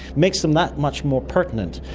makes them that much more pertinent.